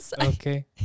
Okay